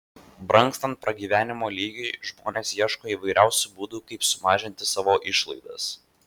brangstant pragyvenimo lygiui žmonės ieško įvairiausių būdų kaip sumažinti savo išlaidas